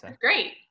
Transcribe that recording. great